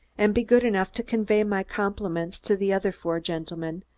and be good enough to convey my compliments to the other four gentlemen,